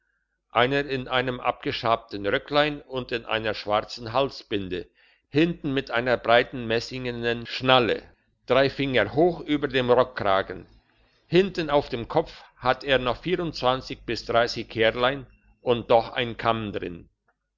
einer in einem abgeschabten röcklein und in einer schwarzen halsbinde hinten mit einer breiten messingenen schnalle drei finger hoch über dem rockkragen hinten auf dem kopf hat er noch vierundzwanzig bis dreissig härlein und doch ein kamm drin